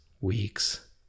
week's